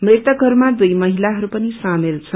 मृत्कहरूमा दुई महिलाहरू पनि शामेल छन्